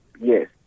Yes